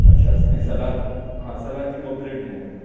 अछा ऐं सलाद हा सलाद जी ॿ प्लेट मोकिलियो